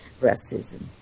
racism